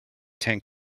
tank